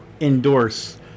endorse